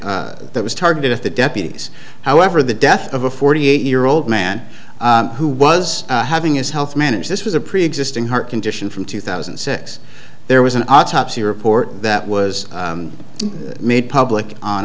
that was targeted at the deputies however the death of a forty eight year old man who was having his health manage this was a preexisting heart condition from two thousand and six there was an autopsy report that was made public on